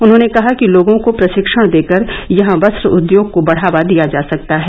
उन्होंने कहा कि लोगों को प्रशिक्षण देकर यहां वस्त्र उद्योग को बढावा दिया जा सकता है